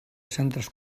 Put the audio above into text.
centres